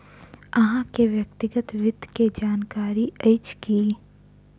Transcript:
अहाँ के व्यक्तिगत वित्त के जानकारी अइछ की?